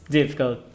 difficult